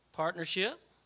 Partnership